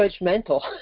judgmental